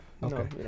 no